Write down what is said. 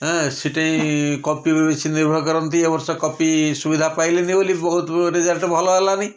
ଏଁ ସେଇଠି କପି ସେ ନିର୍ଭର କରନ୍ତି ଏବର୍ଷ କପି ସୁବିଧା ପାଇଲେନି ବୋଲି ବହୁତ ରେଜଲ୍ଟ ଭଲ ହେଲାନି